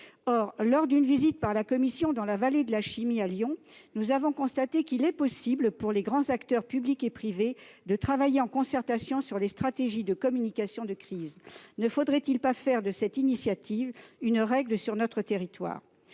Or, au cours d'une visite par la commission dans la vallée de la chimie, à Lyon, nous avons constaté qu'il est possible aux grands acteurs, publics et privés, de travailler en concertation sur les stratégies de communication de crise. Ne faudrait-il pas faire de cette initiative une règle sur notre territoire ?